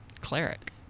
cleric